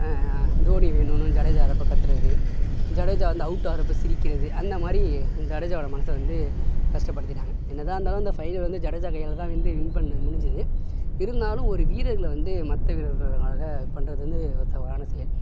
தோனி வேணும்னு ஜடேஜா வரப்போ கத்தறது ஜடேஜா வந்து அவுட் ஆகறப்ப சிரிக்கிறது அந்தமாதிரி ஜடேஜாவோடய மனசை வந்து கஷ்டப்படுத்திட்டாங்க என்னதான் இருந்தாலும் இந்த ஃபைனல் வந்து ஜடேஜா கைலையா தான் வந்து வின் பண்ண முடிஞ்சுது இருந்தாலும் ஒரு வீரர்களை வந்து மற்ற வீரர்களுக்காக பண்ணுறது வந்து தவறான செயல்